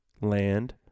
land